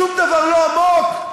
שום דבר לא עמוק,